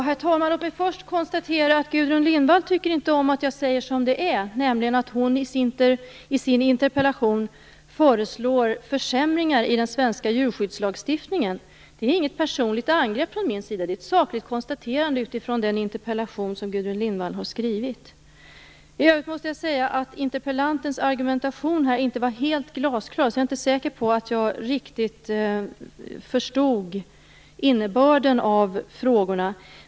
Herr talman! Låt mig först konstatera att Gudrun Lindvall inte tycker om att jag säger som det är, nämligen att hon i sin interpellation föreslår försämringar i den svenska djurskyddslagstiftningen. Det är inget personligt angrepp från min sida; det är ett sakligt konstaterande utifrån den interpellation som Gudrun Lindvall har skrivit. I övrigt måste jag säga att interpellantens argumentation här inte var helt glasklar, så jag är inte säker på att jag riktigt förstod innebörden av frågorna.